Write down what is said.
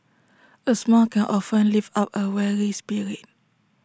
A smile can often lift up A weary spirit